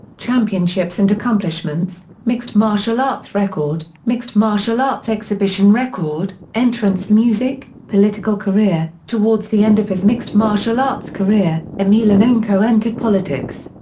championships and accomplishments mixed martial arts record mixed martial arts exhibition record entrance music political career towards the end of his mixed martial arts career, emelianenko entered politics.